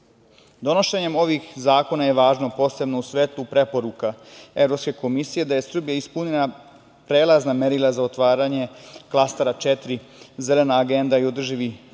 resursa. Donošenjem ovih zakona je važno u posebno u svetlu preporuka Evropske komisije da je Srbija ispunila prelazna merila za otvaranje klastera 4 Zelena agenda i održiva